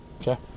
Okay